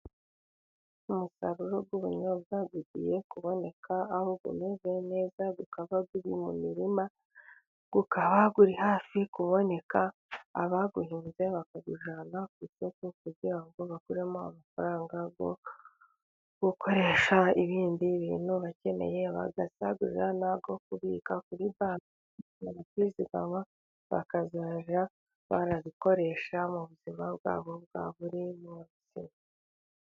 Umusaruro w'ubunyobwa ugiye kuboneka aho umeze neza, bukaba buri mu mirima, bukaba buri hafi kuboneka ababuhinze bakabujyana ku gihugu, kugira ngo bakuremo amafaranga yo gukoresha ibindi bintu bakeneye, bagasagurira nayo kubika kuri banki, guti zikaba bakazajya barazikoresha mu buzima bwabo bwa buri munsi.